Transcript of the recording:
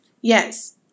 yes